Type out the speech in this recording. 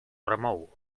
remou